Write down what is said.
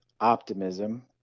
optimism